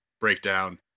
breakdown